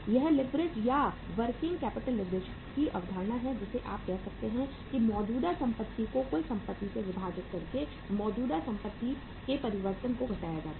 यह लीवरेज या working capital leverage की अवधारणा है जिसे आप कह सकते हैं कि मौजूदा संपत्ति को कुल संपत्ति से विभाजित करके मौजूदा संपत्ति के परिवर्तन को घटाया जाता है